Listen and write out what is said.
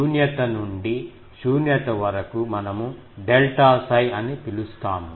శూన్యత నుండి శూన్యత వరకు మనము డెల్టా 𝜓 అని పిలుస్తున్నాము